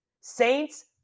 Saints